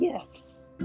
gifts